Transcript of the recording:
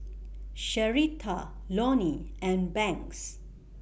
Sherita Lonny and Banks